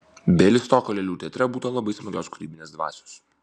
bialystoko lėlių teatre būta labai smagios kūrybinės dvasios